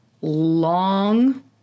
long